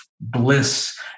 bliss